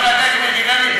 צחי הנגבי,